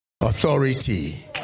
authority